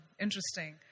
interesting